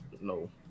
no